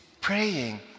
praying